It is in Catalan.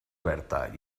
oberta